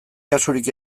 kasurik